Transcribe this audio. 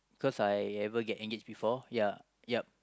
cause I never get engaged before